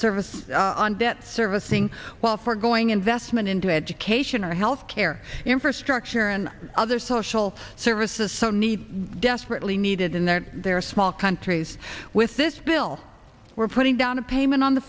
service on debt servicing while forgoing investment into education or health care infrastructure and other social services some need desperately needed in their their small countries with this bill we're putting down a payment on the